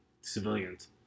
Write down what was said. civilians